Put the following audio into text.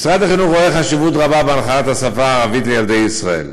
משרד החינוך רואה חשיבות רבה בהנחלת השפה הערבית לילדי ישראל.